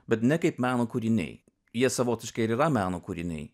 bet ne kaip meno kūriniai jie savotiškai ir yra meno kūriniai